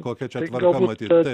kokia čia tvarka matyt taip